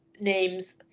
names